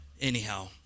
Anyhow